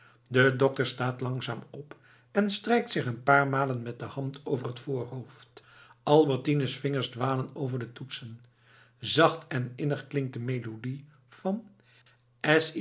de dokter staat langzaam op en strijkt zich een paar malen met de hand over het voorhoofd albertines vingers dwalen over de toetsen zacht en innig klinkt de melodie van